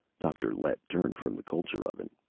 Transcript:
dr. lett turned from the culture oven.